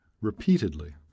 repeatedly